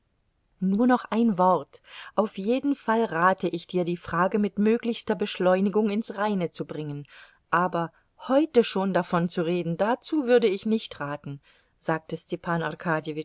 nur noch ein wort auf jeden fall rate ich dir die frage mit möglichster beschleunigung ins reine zu bringen aber heute schon davon zu reden dazu würde ich nicht raten sagte stepan